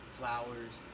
flowers